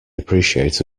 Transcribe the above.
appreciate